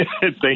Thank